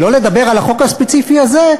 שלא לדבר על החוק הספציפי הזה,